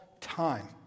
time